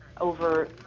over